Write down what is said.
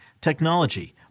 technology